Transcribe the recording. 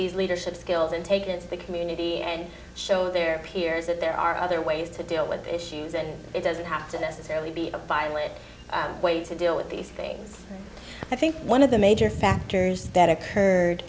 these leadership skills and take in the community and show their peers that there are other ways to deal with issues and it doesn't have to necessarily be a violent way to deal with these things i think one of the major factors that occurred